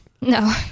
No